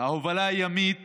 ההובלה הימית